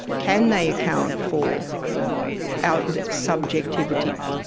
can they account for our subjectivity?